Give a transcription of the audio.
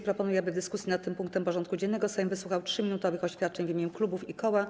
Proponuję, aby w dyskusji nad tym punktem porządku dziennego Sejm wysłuchał 3-minutowych oświadczeń w imieniu klubów i koła.